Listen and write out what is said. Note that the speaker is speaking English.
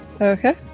Okay